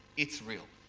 it's real.